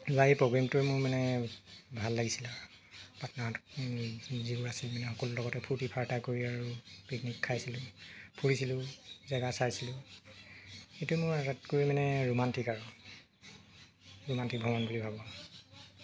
মোৰ মানে ভাল লাগিছিল আৰু পাটনাৰ যিবোৰ আছিল মানে সকলো লগতে ফূৰ্তি ফাৰ্তা কৰি আৰু পিকনিক খাইছিলো ফুৰিছিলো জেগা চাইছিলো এইটোৱেই মোৰ আটাইতকৈ মানে ৰোমাণ্টিক আৰু ৰোমাণ্টিক ভ্ৰমণ বুলি ভাবো